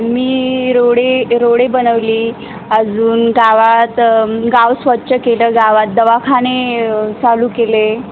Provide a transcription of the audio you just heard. मी रोडे रोडे बनवली अजून गावात गाव स्वच्छ केलं गावात दवाखाने चालू केले